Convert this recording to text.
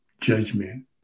judgment